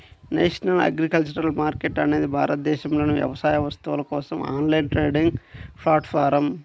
national agriculture market అనేది భారతదేశంలోని వ్యవసాయ వస్తువుల కోసం ఆన్లైన్ ట్రేడింగ్ ప్లాట్ఫారమ్